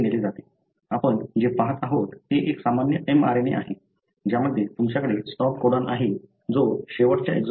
आपण जे पाहत आहोत ते एक सामान्य mRNA आहे ज्यामध्ये तुमच्याकडे स्टॉप कोडॉन आहे जो शेवटच्या एक्सॉनमध्ये असतो